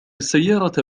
السيارة